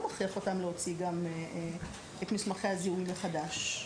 מכריח אותם להוציא גם את מסמכי הזיהוי מחדש.